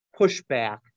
pushback